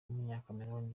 w’umunyakameruni